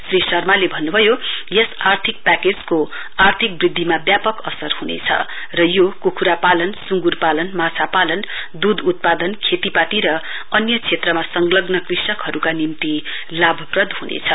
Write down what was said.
श्री शर्माले भन्नुभयो यस आर्थिक प्याकेजको आर्थिक तृध्दिमा व्यापक असर हुनेछ र यो कुखुरा पालन सुगुरपालनमाछा पालन दूध उत्पादनखेती पाती र अन्य क्षेत्रमा संलग्न कृषकहरुका निम्ति लाभप्रद हुनेछ